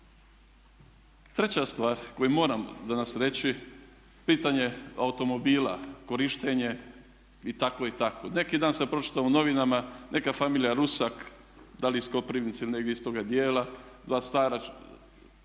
Treća stvar koju moram danas reći pitanje automobila, korištenje i tako i tako. Neki dan sam pročitao u novinama neka familija Rusak, da li iz Koprivnice ili negdje iz toga dijela, dvoje staraca